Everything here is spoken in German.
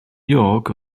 york